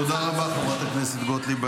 תודה רבה, חברת הכנסת גוטליב.